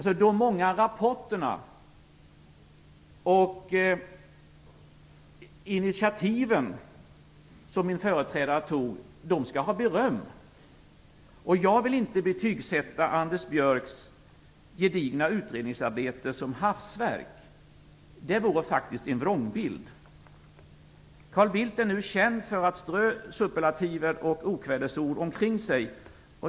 Jag vill berömma min företrädare för de många rapporter och initiativ som han tog. Jag vill inte betygsätta Anders Björcks gedigna utredningsarbete som hafsverk. Det vore faktiskt en vrångbild. Carl Bildt är ju känd för att strö superlativer och okvädningsord omkring sig.